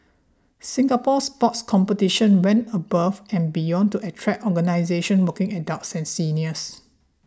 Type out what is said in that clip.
Singapore Sport Competitions went above and beyond to attract organisations working adults and seniors